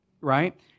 right